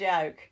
joke